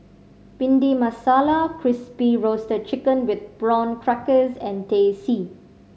Bhindi Masala Crispy Roasted Chicken with Prawn Crackers and Teh C